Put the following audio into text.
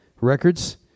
Records